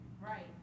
Right